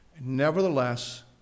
nevertheless